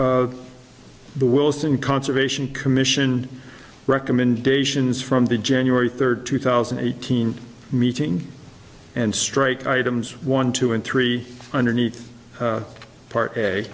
the wilson conservation commission recommendations from the january third two thousand and eighteen meeting and straight items one two and three underneath part